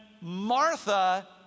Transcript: Martha